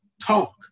Talk